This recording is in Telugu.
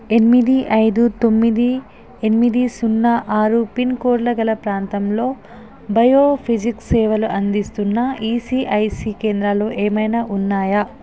ఎనిమిది ఐదు తొమ్మిది ఎనిమిది సున్నా ఆరు పిన్కోడ్ గల ప్రాంతంలో బయోఫిజిక్స్ సేవలు అందిస్తున్న ఈసిఐసి కేంద్రాలు ఏమైనా ఉన్నాయా